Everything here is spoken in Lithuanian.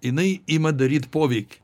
jinai ima daryt poveikį